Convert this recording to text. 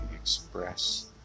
express